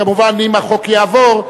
כמובן אם החוק יעבור,